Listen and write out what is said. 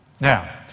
Now